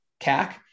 CAC